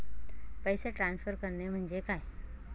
पैसे ट्रान्सफर करणे म्हणजे काय?